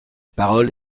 parole